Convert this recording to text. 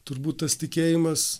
turbūt tas tikėjimas